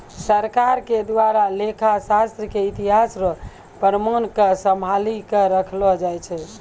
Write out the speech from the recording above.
सरकार के द्वारा लेखा शास्त्र के इतिहास रो प्रमाण क सम्भाली क रखलो जाय छै